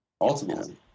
Ultimately